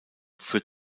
führt